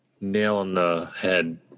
nail-in-the-head